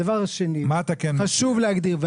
הדבר השני, חשוב להגדיר --- מה אתה כן מגדיר?